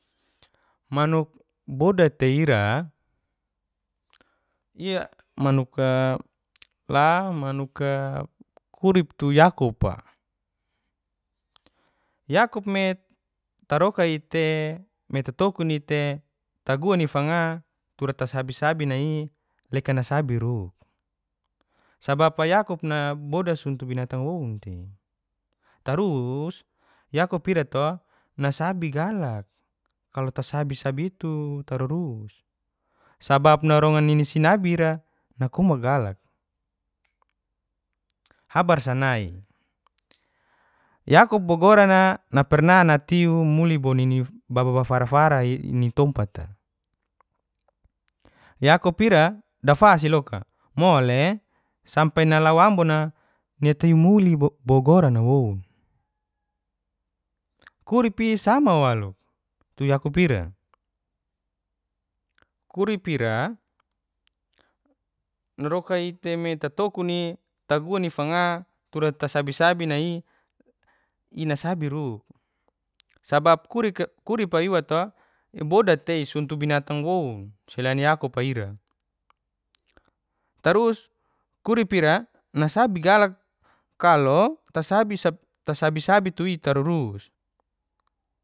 Manuk boda tei ira ia manuk la manuk urip tu yakupa yakup me tarokai te tatokuni te taguani fanga tura ta sabi sabi nai iy lekan nasabi woun sabab yakuk naboda sontu binatang woun tei tarus yakup ira to nasabi galak kalo tasabi sabi nai'i tarurus sabab narongan nini sinabira nakomak galak habar sanai yakuk bo gorana naperna natiu muli bo nini babafarafarai nitompata yakup ira dafasi loka mole sampe nalau ambona natiu muli bo bo gorana woun uripi sama walu tu yakup ira kurip ira narokai te me tatokuni taguan fanga tura tasabi sabi nai'i inasabi ruk sabab kurika kuripi iwa to iboda tei sontu binatang woun selain yakupa ira tarus kurip ira nasabi galak kalo tasabsab tasabi sabi tu'i tarurus